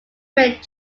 met